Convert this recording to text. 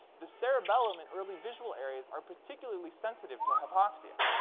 the cerebellum and early visual areas are particularly sensitive to hypoxia.